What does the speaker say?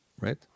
right